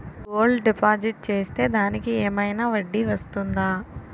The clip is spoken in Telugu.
గోల్డ్ డిపాజిట్ చేస్తే దానికి ఏమైనా వడ్డీ వస్తుందా?